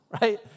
right